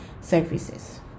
services